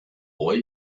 boy